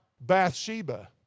Bathsheba